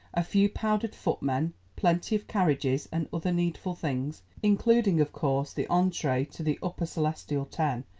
a few powdered footmen, plenty of carriages, and other needful things, including of course the entree to the upper celestial ten,